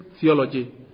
theology